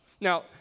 Now